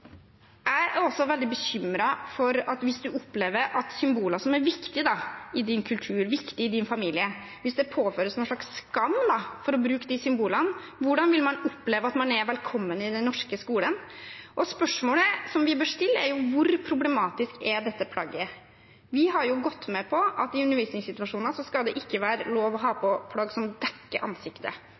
også veldig bekymret for at hvis man opplever at det påføres noen slags skam ved å bruke symboler som er viktige i sin kultur, viktige i sin familie – hvordan vil man da oppleve at man er velkommen i den norske skolen? Spørsmålet vi bør stille, er: Hvor problematisk er dette plagget? Vi har jo gått med på at i undervisningssituasjoner skal det ikke være lov til å ha på plagg som dekker ansiktet.